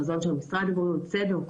החזון של משרד הבריאות צדק,